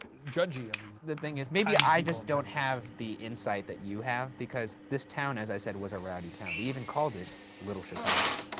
judgy of these people. the thing is, maybe i just don't have the insight that you have, because this town, as i said, was a rowdy town. they even called it little chicago.